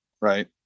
right